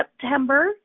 September